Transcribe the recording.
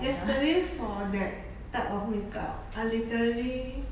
yesterday for that type of makeup I literally